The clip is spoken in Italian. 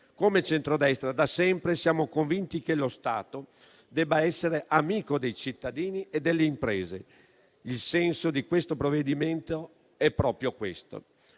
Come centrodestra, da sempre siamo convinti che lo Stato debba essere amico dei cittadini e delle imprese. Il senso di questo provvedimento è proprio questo: